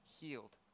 healed